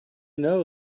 know